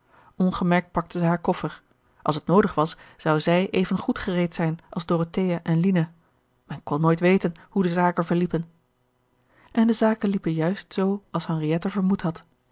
ongemerkt pakte zij haar koffer als het noodig was zou zij even goed gereed zijn als dorothea en lina men kon nooit weten hoe de zaken liepen en de zaken liepen juist zoo als henriette vermoed had